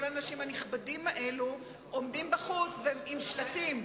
כל האנשים הנכבדים האלו עומדים בחוץ, עם שלטים.